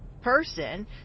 person